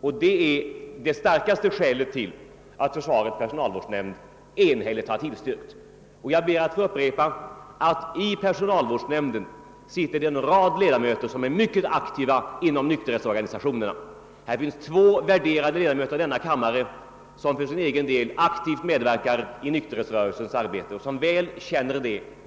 och det är ock så ett skäl till att försvarets personalvårdsnämnd enhälligt har tillstyrkt förslaget. Jag ber att få upprepa att i personalvårdsnämnden sitter ledamöter som är mycket aktiva inom nykterhetsorganisationerna. Där finns bl.a. två värderade ledamöter av denna kammare, som medverkar i nykterhetsrörelsens arbete och väl känner det.